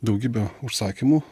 daugybė užsakymų